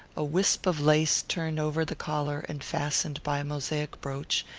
a wisp of lace turned over the collar and fastened by a mosaic brooch,